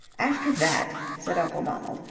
after that, said uncle donald,